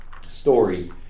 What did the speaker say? story